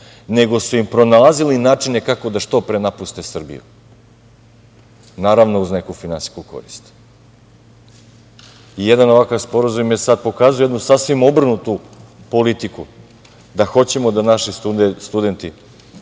nego su im pronalazili načine kako da što pre napuste Srbiju. Naravno, uz neku finansijsku korist. Jedan ovakav sporazum sad pokazuje jednu sasvim obrnutu politiku, da hoćemo da naši studenti